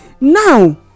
Now